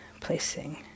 placing